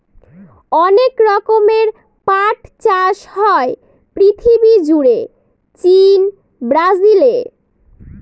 অনেক রকমের পাট চাষ হয় পৃথিবী জুড়ে চীন, ব্রাজিলে